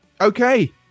Okay